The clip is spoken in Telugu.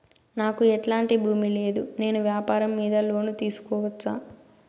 నాకు ఎట్లాంటి భూమి లేదు నేను వ్యాపారం మీద లోను తీసుకోవచ్చా?